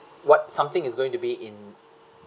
what something is going to be in